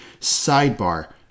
Sidebar